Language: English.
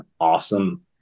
awesome